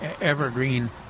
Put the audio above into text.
evergreen